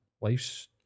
life's